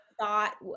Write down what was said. thought